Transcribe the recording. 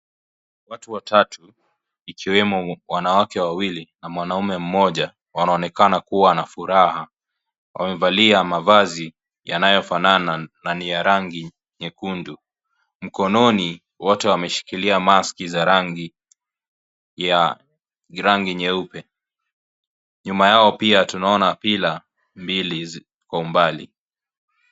Watu watatu ikiwemo wanawake wawili na mwanamme mmoja wanaonekana kuwa na furaha , wamevalia mavazi yanayofanana na ni ya rangi nyekundu, mkononi wote wameshikilia maski za rangi ya rangi nyeupe , nyuma yao pia tunaona (CS)pillar(CS)mbili kwa umbali.